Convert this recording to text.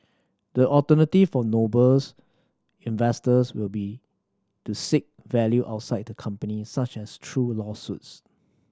the alternative for Noble's investors will be to seek value outside the company such as through lawsuits